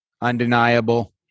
Undeniable